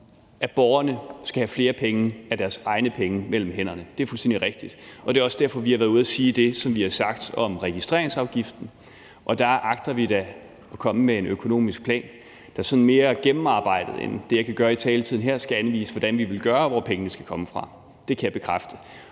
at borgerne skal have flere af deres egne penge mellem hænderne. Det er fuldstændig rigtigt. Det er også derfor, vi har været ude at sige det, som vi har sagt om registreringsafgiften, og der agter vi da at komme med en økonomisk plan, der sådan mere gennemarbejdet end det, jeg kan gøre i taletiden her, skal anvise, hvordan vi vil gøre, og hvor pengene skal komme fra. Det kan jeg bekræfte.